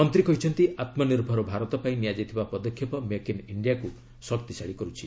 ମନ୍ତ୍ରୀ କହିଛନ୍ତି ଆତ୍ମନିର୍ଭର ଭାରତ ପାଇଁ ନିଆଯାଇଥିବା ପଦକ୍ଷେପ ମେକ୍ ଇନ୍ ଇଣ୍ଡିଆକୁ ଶକ୍ତିଶାଳୀ କରୁଛି